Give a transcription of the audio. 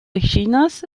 chinas